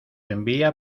envía